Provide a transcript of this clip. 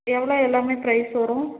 எவ்வளோ எல்லாம் பிரைஸ் வரும்